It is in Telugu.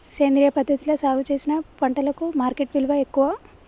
సేంద్రియ పద్ధతిలా సాగు చేసిన పంటలకు మార్కెట్ విలువ ఎక్కువ